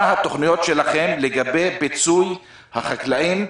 מה התוכניות שלכם לגבי פיצוי החקלאים,